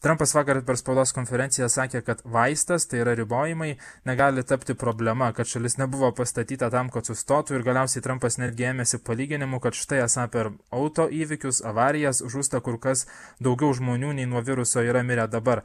trampas vakar per spaudos konferenciją sakė kad vaistas tai yra ribojimai negali tapti problema kad šalis nebuvo pastatyta tam kad sustotų ir galiausiai trampas netgi ėmėsi palyginimų kad štai esą per auto įvykius avarijas žūsta kur kas daugiau žmonių nei nuo viruso yra mirę dabar